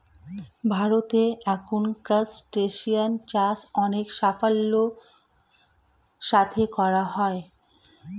ভারতে এখন ক্রাসটেসিয়ান চাষ অনেক সাফল্যের সাথে করা হয়